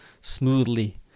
smoothly